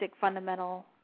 fundamental